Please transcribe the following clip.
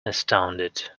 astounded